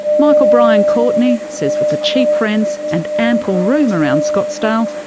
michael brian courtney says with the cheap rents and ample room around scottsdale,